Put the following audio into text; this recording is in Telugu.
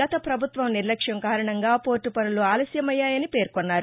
గత ప్రభుత్వ నిర్లక్ష్యం కారణంగా పోర్టు పనులు ఆలస్యమయ్యాయని పేర్కొన్నారు